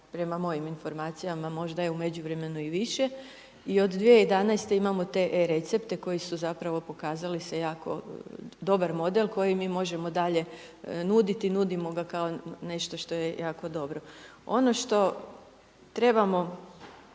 prema mojim informacija. Možda je u međuvremenu i više i od 2011. imamo te e-recepte koji su zapravo pokazali se jako dobar model koji mi možemo dalje nuditi. Nudimo ga kao nešto što je jako dobro. Ono što trebamo